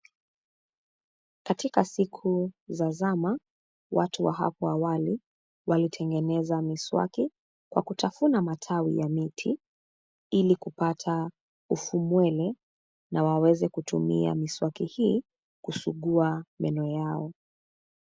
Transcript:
Katika siku za zama, watu wa hapo awali, walitengeneza miswaki kwa kutafuna matawi ya miti, ili kupata ufumweni na waweze kutumia miswaki hii kusugua meno yao.